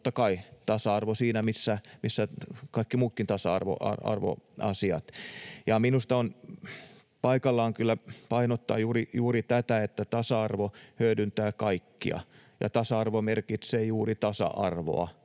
totta kai tasa-arvo siinä missä kaikki muutkin tasa-arvoasiat. Ja minusta on paikallaan kyllä painottaa juuri tätä, että tasa-arvo hyödyttää kaikkia ja tasa-arvo merkitsee juuri tasa-arvoa,